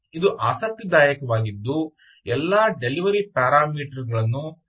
ಇದು ಆಸಕ್ತಿದಾಯಕವಾಗಿದ್ದು ಎಲ್ಲಾ ಡೆಲಿವರಿ ಪ್ಯಾರಾಮೀಟರ್ ಗಳನ್ನು ತಿಳಿಸುತ್ತದೆ